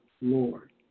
Lord